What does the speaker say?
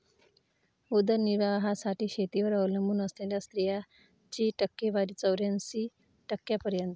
उदरनिर्वाहासाठी शेतीवर अवलंबून असलेल्या स्त्रियांची टक्केवारी चौऱ्याऐंशी टक्क्यांपर्यंत